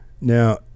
now